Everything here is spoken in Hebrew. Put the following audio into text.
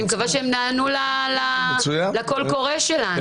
אני מקווה שהם נענו לקול הקורא שלנו,